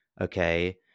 okay